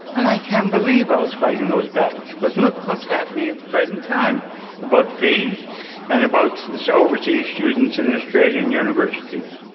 and i can't believe i was fighting those battles because look what's happening at the present time about fees and about overseas students in australian universities.